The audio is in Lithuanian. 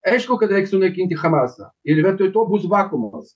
aišku kad reik sunaikinti hamasą ir vietoj to bus vakuumas